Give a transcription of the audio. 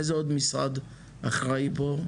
איזה עוד משרד אחראי פה?